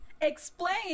Explain